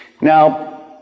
Now